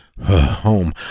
Home